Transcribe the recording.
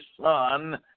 son